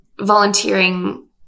volunteering